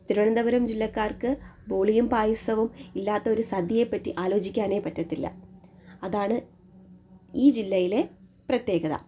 തിരുവനന്തപുരം ജില്ലക്കാർക്ക് ബോളിയും പായസവും ഇല്ലാത്ത ഒരു സദ്യയെ പറ്റി ആലോചിക്കാനേ പറ്റത്തില്ല അതാണ് ഈ ജില്ലയിലെ പ്രത്യേകത